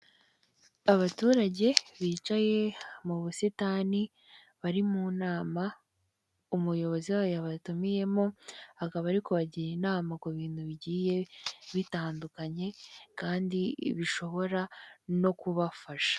Abaturage bicaye mu busitani bari mu nama umuyobozi wayo yabatumiyemo akaba ari kubagira inama ku bintu bigiye bitandukanye kandi bishobora no kubafasha.